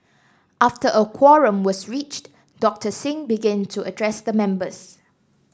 after a quorum was reached Doctor Singh began to address the members